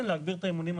כן להגביר את האימונים,